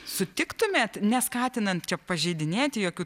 sutiktumėt neskatinant čia pažeidinėti jokių